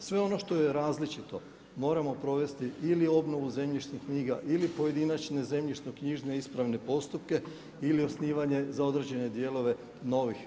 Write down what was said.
Sve ono što je različito moram provesti ili obnovu zemljišnih knjiga ili pojedinačne zemljišno-knjižne ispravne postupke ili za osnivanje za određene dijelove novih